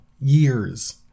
years